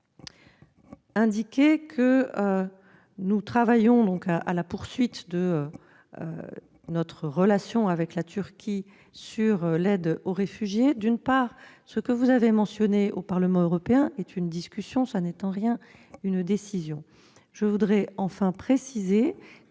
indiquer que nous travaillons à la poursuite de notre coopération avec la Turquie en matière d'aide aux réfugiés. Ce que vous avez mentionné à propos du Parlement européen est une discussion : ce n'est en rien une décision. Je voudrais en outre préciser que